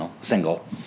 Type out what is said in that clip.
single